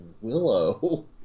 Willow